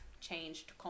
changed